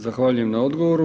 Zahvaljujem na odgovoru.